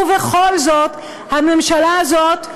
ובכל זאת הממשלה הזאת,